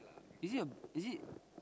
is it a is it